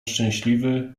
szczęśliwy